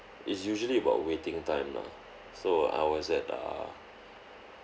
is usually about waiting time lah so I was at err